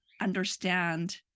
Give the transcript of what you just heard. understand